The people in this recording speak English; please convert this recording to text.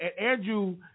Andrew